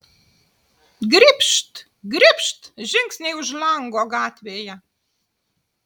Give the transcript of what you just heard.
gribšt gribšt žingsniai už lango gatvėje